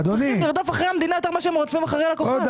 משרד ראש הממשלה - לבירור יהדות,